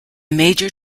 major